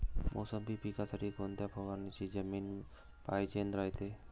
मोसंबी पिकासाठी कोनत्या परकारची जमीन पायजेन रायते?